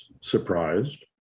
surprised